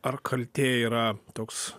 ar kaltė yra toks